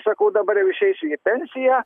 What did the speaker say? sakau dabar jau išeisiu į pensiją